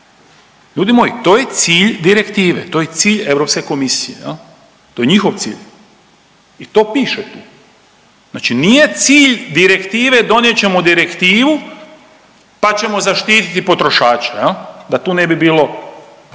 Ljudi moji to je cilj direktive, to je cilj Europske komisije jel, to je njihov cilj i to piše tu. Znači nije cilj direktive donijet ćemo direktivu pa ćemo zaštiti potrošače jel da tu ne bi bilo,